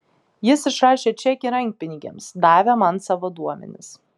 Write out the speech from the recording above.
jis išrašė čekį rankpinigiams davė man savo duomenis